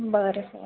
बरं हो